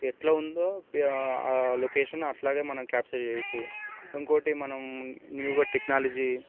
ఎట్లా ఉందో లొకేషను అట్లాగే మనం క్యాప్చర్ చేయొచ్చు ఇంకోటి మనం న్యూగా టెక్నాలజీ